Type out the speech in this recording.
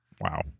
Wow